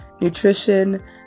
nutrition